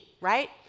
right